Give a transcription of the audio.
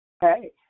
Hey